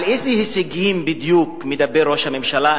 על איזה הישגים בדיוק מדבר ראש הממשלה?